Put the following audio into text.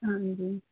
हाँ जी